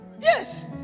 yes